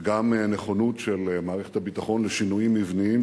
וגם נכונות של מערכת הביטחון לשינויים מבניים